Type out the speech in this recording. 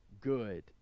good